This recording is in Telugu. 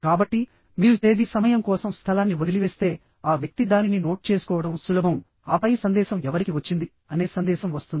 కాబట్టి మీరు తేదీ సమయం కోసం స్థలాన్ని వదిలివేస్తేఆ వ్యక్తి దానిని నోట్ చేసుకోవడం సులభంఆపై సందేశం ఎవరికి వచ్చింది అనే సందేశం వస్తుంది